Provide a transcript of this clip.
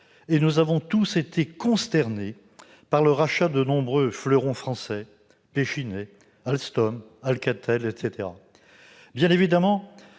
et nous avons tous été consternés par le rachat de nombreux fleurons français tels que Pechiney, Alstom, Alcatel ... Bien évidemment,